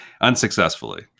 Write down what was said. unsuccessfully